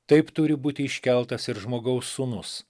taip turi būti iškeltas ir žmogaus sūnus